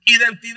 identidad